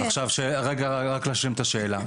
רק להשלים את השאלה.